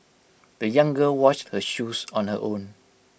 the young girl washed her shoes on her own